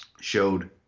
showed